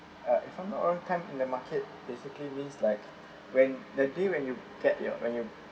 uh if I'm not a long time in the market basically means like when that day when you get your when you